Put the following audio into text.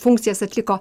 funkcijas atliko